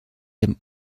dem